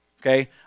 Okay